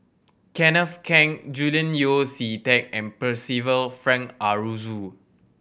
Kenneth Keng Julian Yeo See Teck and Percival Frank Aroozoo